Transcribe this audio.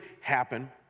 happen